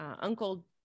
uncle